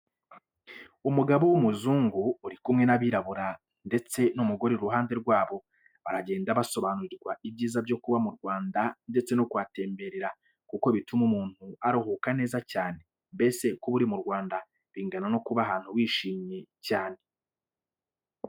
Umugabo w'umuzungu uri kumwe n'abirabura ndetse n'umugore iruhande rwabo, baragenda basobanurirwa ibyiza byo kuba mu Rwanda ndetse no kuhatemberera kuko bituma umuntu aruhuka neza cyane, mbese kuba uri mu Rwanda bingana no kuba ahantu wishimiye cyane.